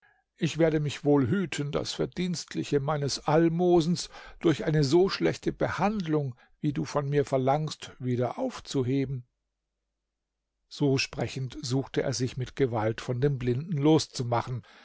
ich werde mich wohl hüten das verdienstliche meines almosens durch eine so schlechte behandlung wie du von mir verlangst wieder aufzuheben so sprechend suchte er sich mit gewalt von dem blinden loszumachen